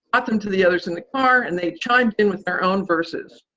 taught them to the others in the car, and they chimed in with their own verses.